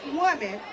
woman